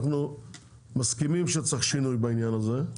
אנחנו מסכימים שצריך שינוי בעניין הזה,